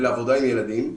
ולעבודה עם ילדים,